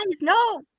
no